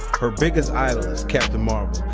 her biggest idol is captain marvel.